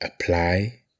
apply